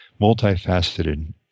multifaceted